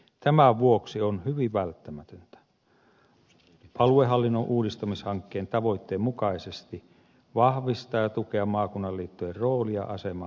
tämän vuoksi on hyvin välttämätöntä aluehallinnon uudistamishankkeen tavoitteen mukaisesti vahvistaa ja tukea maakunnan liittojen roolia ja asemaa aluekehitystyössä